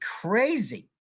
crazy